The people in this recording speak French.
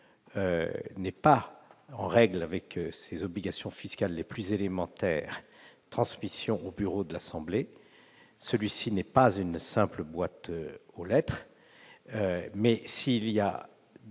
n'est pas en règle avec ses obligations fiscales les plus élémentaires, la transmission au bureau de l'assemblée, lequel n'est pas une simple boîte aux lettres, se fait